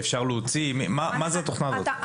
מה זאת התוכנה הזאת.